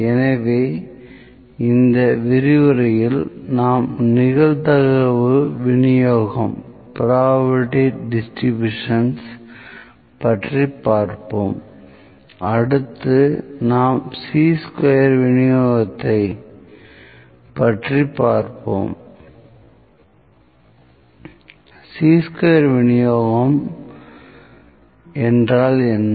எனவே இந்த விரிவுரையில் நாம் நிகழ்தகவு விநியோகம் பற்றி பார்ப்போம் அடுத்து நாம் சீ ஸ்கொயர் விநியோகத்தைப் பற்றி பார்ப்போம் சீ ஸ்கொயர் விநியோகம் என்றால் என்ன